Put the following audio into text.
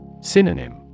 Synonym